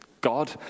God